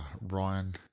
Ryan